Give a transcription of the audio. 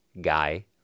guy